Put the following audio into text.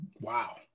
Wow